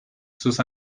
sus